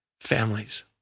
families